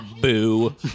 Boo